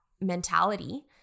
mentality